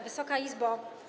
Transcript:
Wysoka Izbo!